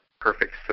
perfect